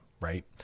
right